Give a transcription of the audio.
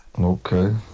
Okay